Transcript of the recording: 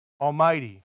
Almighty